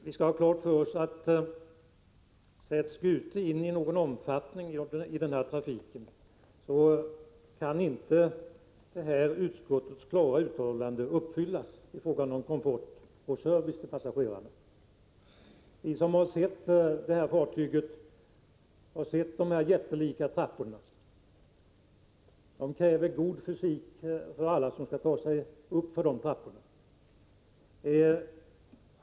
Vi skall ha klart för oss att om Gute sätts in i trafiken i någon omfattning så kan inte utskottets klara uttalande i fråga om komfort och service till passagerarna uppfyllas. Vi som sett fartyget, som sett de jättelika trapporna, vet att det krävs god fysik för att ta sig uppför dem.